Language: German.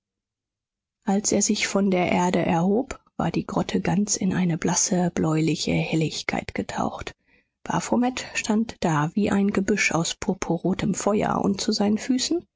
als er sich von der erde erhob war die grotte ganz in eine blasse bläuliche helligkeit getaucht baphomet stand da wie ein gebüsch aus purpurrotem feuer und zu seinen füßen